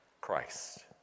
Christ